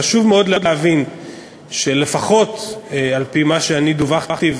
חשוב מאוד להבין שלפחות על-פי מה שאני דֻווחתי,